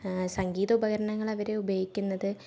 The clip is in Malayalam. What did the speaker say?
സംഗീത ഉപകരണങ്ങൾ അവർ ഉപയോഗിക്കുന്നത്